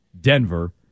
Denver